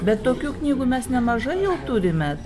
bet tokių knygų mes nemažai jau turime